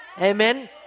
Amen